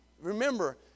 Remember